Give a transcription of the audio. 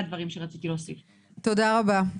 תודה רבה.